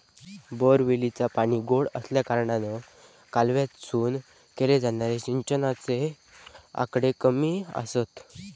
बोअरवेलीचा पाणी गोडा आसल्याकारणान कालव्यातसून केले जाणारे सिंचनाचे आकडे कमी आसत